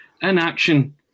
inaction